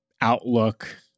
outlook